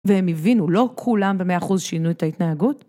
והם הבינו לא כולם במאה אחוז שינו את ההתנהגות?